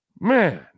Man